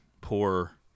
Poor